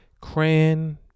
crayon